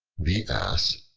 the ass,